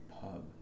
pub